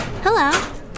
hello